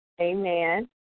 amen